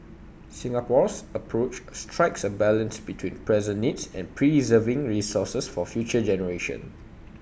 Singapore's approach strikes A balance between present needs and preserving resources for future generations